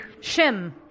Shim